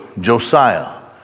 Josiah